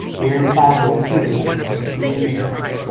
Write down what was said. we're inside of the computer right now, the internet.